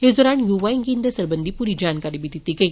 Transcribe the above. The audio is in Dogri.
इस दौरान युवाएं गी इन्दे सरबंधी पूरी जानकारी दिती गेई